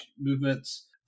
movements